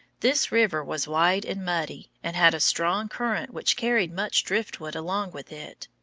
this river was wide and muddy, and had a strong current which carried much driftwood along with it.